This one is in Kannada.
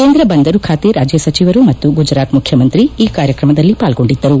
ಕೇಂದ್ರ ಬಂದರು ಖಾತೆ ರಾಜ್ಯ ಸಚಿವರು ಮತ್ತು ಗುಜರಾತ್ ಮುಖ್ಲಮಂತ್ರಿ ಈ ಕಾರ್ಯಕ್ರಮದಲ್ಲಿ ಪಾಲ್ಗೊಂಡಿದ್ದರು